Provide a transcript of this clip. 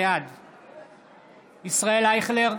בעד ישראל אייכלר,